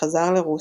כשחזר לרוסיה,